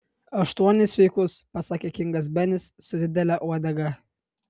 aštuonis sveikus pasakė kingas benis su didele uodega